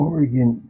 Oregon